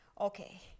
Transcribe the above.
okay